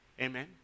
Amen